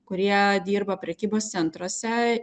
kurie dirba prekybos centruose